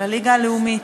לליגה הלאומית.